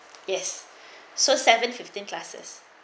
yes so seven fifteen classes